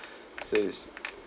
so it's